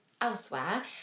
elsewhere